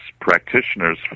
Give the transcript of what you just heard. practitioners